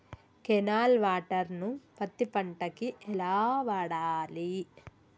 Canal water ను పత్తి పంట కి ఎలా వాడాలి?